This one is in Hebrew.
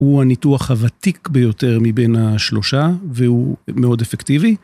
הוא הניתוח הוותיק ביותר מבין השלושה והוא מאוד אפקטיבי.